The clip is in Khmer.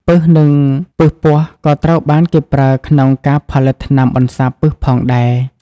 ពិសពស់ក៏ត្រូវបានគេប្រើក្នុងការផលិតថ្នាំបន្សាបពិសផងដែរ។